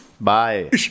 bye